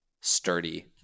sturdy